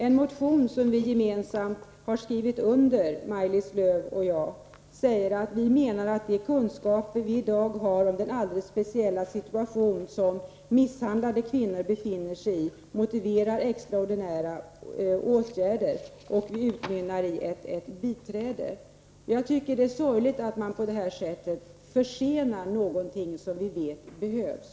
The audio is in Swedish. En motion som Maj-Lis Lööw och jag gemensamt har skrivit under säger att de kunskaper vi i dag har om den alldeles speciella situation som misshandlade kvinnor befinner sig i motiverar extraordinära åtgärder och utmynnar i krav på biträde. Jag tycker det är sorgligt att man på detta sätt försenar någonting som vi vet behövs.